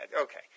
okay